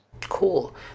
cool